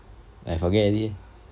I forget already